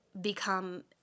become